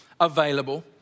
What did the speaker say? available